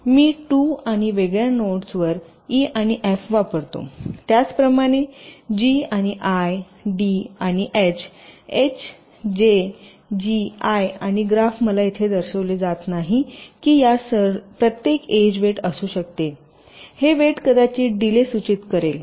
तर मी 2 आणि वेगळ्या नोड्सवर ई आणि एफ वापरतो त्याचप्रमाणे जी आणि आय डी आणि एच एचजेजीआय आणि ग्राफ मला येथे दर्शविले जात नाही की या प्रत्येक एड्ज वेट असू शकते हे वजन कदाचित डीले सूचित करेल